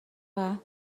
are